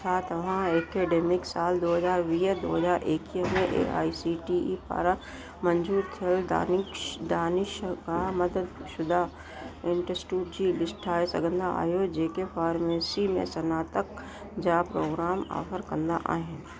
छा तव्हां ऐकडमिक सालु दो हज़ार वीह दो हज़ार एकवीह में A I C T E पारां मंज़ूरु थियल दानिशक दानिशगाह मददशुदा इंटस्टिट्यूट जी लिस्ट ठाहे सघंदा आहियो जेके फारमेसी में सनातक जा प्रोग्राम ऑफर कंदा आहिनि